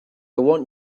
want